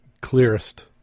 clearest